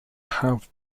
have